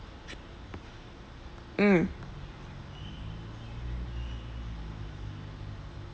mm